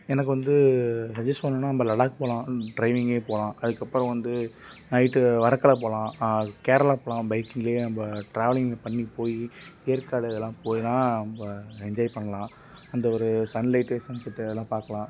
எனக்கு வந்து போகணுன்னா நம்ம லடாக் போகலாம் ட்ரைவிங்கே போகலாம் அதற்கப்பறம் வந்து நைட்டு வரக்கலா போகலாம் கேரளா போகலாம் பைக்லையே நம்ப ட்ராவலிங் பண்ணி போய் ஏற்காடு இதெலாம் போயிலாம் நம்ப என்ஜாய் பண்ணலாம் அந்த ஒரு சன்லைட்டு சன்செட்டு அதெல்லாம் பார்க்கலாம்